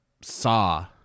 saw